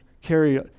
carry